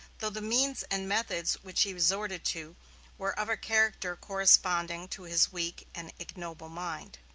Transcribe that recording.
though the means and methods which he resorted to were of a character corresponding to his weak and ignoble mind.